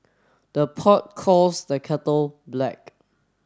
the pot calls the kettle black